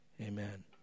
Amen